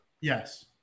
Yes